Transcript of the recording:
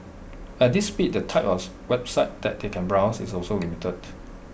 at this speed the type of the websites that they can browse is also limited